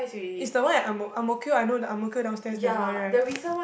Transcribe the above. is the one at ang Ang-Mo-Kio I know the Ang-Mo-Kio downstairs there's one right